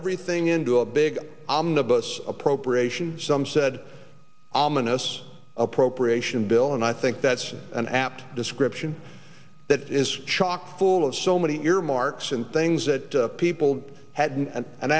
everything into a big omnibus appropriations some said ominous appropriation bill and i think that's an apt description that is chock full of so many earmarks and things that people had and an